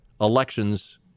elections